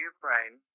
Ukraine